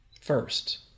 first